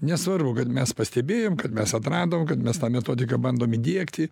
nesvarbu kad mes pastebėjom kad mes atradom kad mes tą metodiką bandom įdiegti